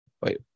Wait